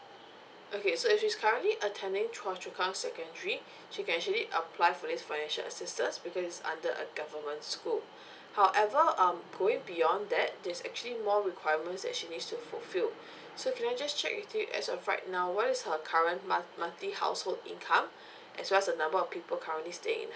okay so if she's currently attending chua chu kang secondary she can actually apply for this financial assistance because it's under a government school however um going beyond that there's actually more requirements that actually need to fulfill so can I just check with you as of right now what is her current mon~ monthly household income as well as number of people currently staying in